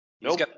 Nope